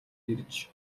ирж